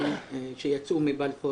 שלום רב.